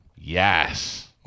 Yes